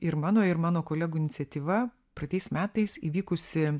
ir mano ir mano kolegų iniciatyva praeitais metais įvykusi